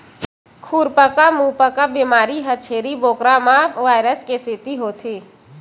खुरपका मुंहपका बेमारी ह छेरी बोकरा म वायरस के सेती होथे